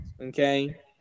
Okay